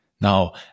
Now